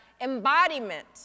embodiment